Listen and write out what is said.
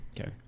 Okay